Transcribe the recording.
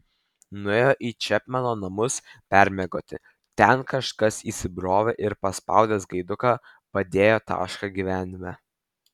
nuėjo į čepmeno namus permiegoti ten kažkas įsibrovė ir paspaudęs gaiduką padėjo tašką gyvenime